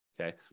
okay